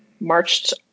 marched